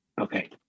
Okay